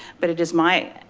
but it is my